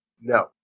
No